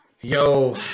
Yo